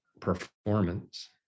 performance